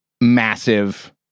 massive